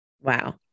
Wow